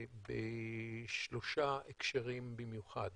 בשלושה הקשרים במיוחד.